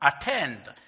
Attend